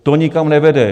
To nikam nevede.